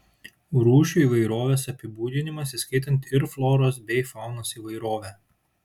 rūšių įvairovės apibūdinimas įskaitant ir floros bei faunos įvairovę